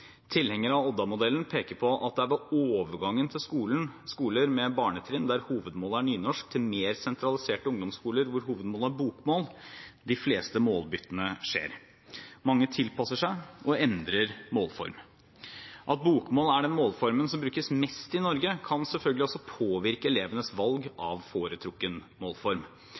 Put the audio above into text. av Odda-modellen peker på at det er ved overgangen fra skoler med barnetrinn der hovedmålet er nynorsk, til mer sentraliserte ungdomskoler hvor hovedmålet er bokmål, de fleste målbyttene skjer. Mange tilpasser seg, og endrer målform. At bokmål er den målformen som brukes mest i Norge, kan selvfølgelig også påvirke elevenes valg av foretrukken målform.